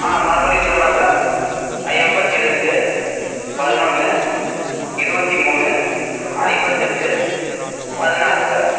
ஆ மறுபடியும் சொல்கிறேன் சார் ஆ எண்பத்தி ரெண்டு பதினொன்று இருபத்தி மூணு ஐம்பத்தெட்டு பதினாறு சார்